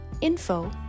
info